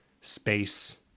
space